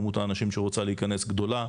כמות האנשים שרוצה להיכנס גדולה,